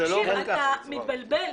אתה מתבלבל.